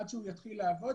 עד שהוא יתחיל לעבוד,